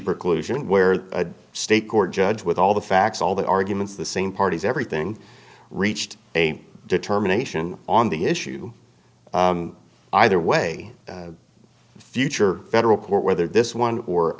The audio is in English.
preclusion where a state court judge with all the facts all the arguments the same parties everything reached a determination on the issue either way the future federal court whether this one or